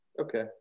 Okay